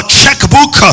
checkbook